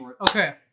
Okay